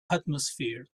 atmosphere